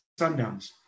Sundowns